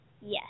Yes